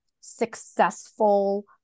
successful